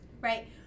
Right